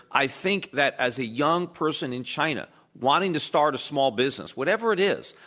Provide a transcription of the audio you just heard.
i think that as a young person in china wanting to start a small business, whatever it is,